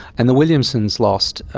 and the williamsons' lost,